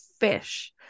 fish